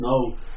no